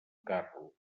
carro